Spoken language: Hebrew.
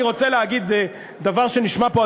אני רוצה להגיד דבר שנשמע פה,